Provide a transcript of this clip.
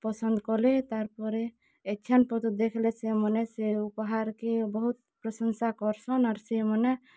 ପସନ୍ଦ୍ କଲେ ତାର୍ ପରେ ଏଛେନ୍ ପତୁ ଦେଖ୍ଲେ ସେମନେ ସେ ଉପହାର୍କେ ବହୁତ୍ ପ୍ରଶଂସା କର୍ସନ୍ ଆର୍ ସେମାନେ